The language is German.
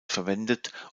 verwendet